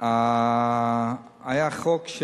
היה חוק,